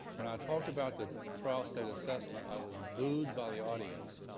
when i talked about the trail state assessment, i was booed by the audience,